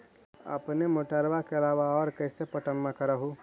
अपने मोटरबा के अलाबा और कैसे पट्टनमा कर हू?